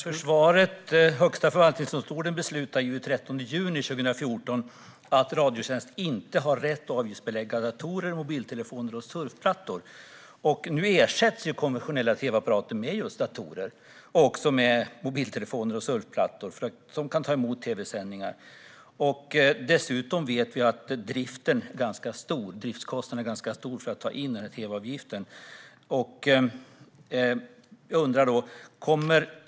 Herr talman! Högsta förvaltningsdomstolen beslutade den 30 juni 2014 att Radiotjänst inte har rätt att avgiftsbelägga datorer, mobiltelefoner och surfplattor. Nu ersätts konventionella tv-apparater med just datorer, mobiltelefoner och surfplattor som kan ta emot tv-sändningar. Dessutom vet vi att driftskostnaden för att ta in tv-avgiften är ganska stor.